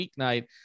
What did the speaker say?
weeknight